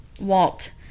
Walt